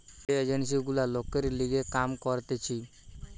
যে এজেন্সি গুলা লোকের লিগে কাম করতিছে